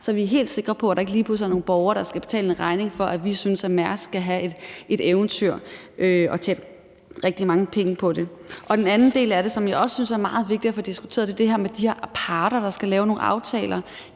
så vi er helt sikre på, at der ikke lige pludselig er nogle borgere, der skal betale en regning for, at vi synes, at Mærsk skal have et eventyr og tjene rigtig mange penge på det. Den anden del af det, som jeg også synes er meget vigtig at få diskuteret, er det her med de her parter, der skal lave nogle aftaler.